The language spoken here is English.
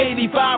85